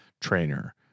trainer